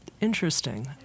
interesting